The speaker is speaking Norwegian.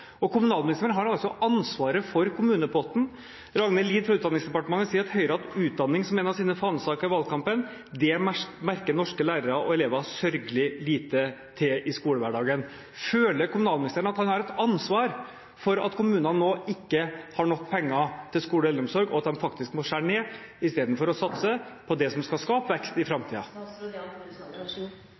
Kommunalministeren har altså ansvaret for kommunepotten. Ragnhild Lid fra Utdanningsforbundet sier at Høyre har hatt utdanning som en av sine fanesaker i valgkampen. Det merker norske lærere og elever sørgelig lite til i skolehverdagen. Føler kommunalministeren at han har et ansvar for at kommunene nå ikke har nok penger til skole og eldreomsorg, og han faktisk må skjære ned istedenfor å satse på det som skal skape vekst i